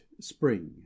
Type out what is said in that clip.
Spring